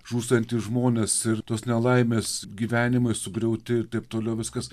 žūstantys žmonės ir tos nelaimės gyvenimai sugriauti ir taip toliau viskas